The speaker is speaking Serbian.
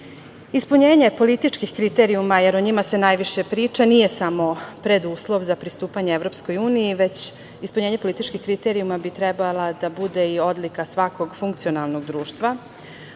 Ispunjenje političkih kriterijuma, jer o njima se najviše priča nije samo preduslov za pristupanje EU, već ispunjenje političkih kriterijuma bi trebala da bude i odluka svakog funkcionalnog društva.